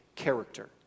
character